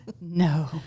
No